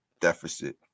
deficit